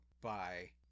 Bye